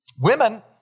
women